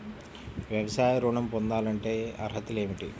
వ్యవసాయ ఋణం పొందాలంటే అర్హతలు ఏమిటి?